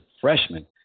freshman